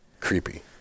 Creepy